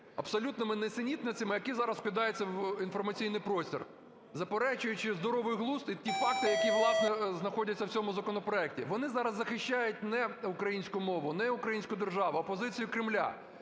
абсолютними нісенітницями, які зараз скидаються в інформаційний простір, заперечуючи здоровий глузд і ті факти, які, власне, знаходяться в цьому законопроекті. Вони зараз захищають не українську мову, не українську державу, а позицію Кремля.